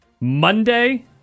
Monday